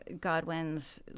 Godwin's